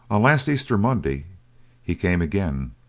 on last easter monday he came again.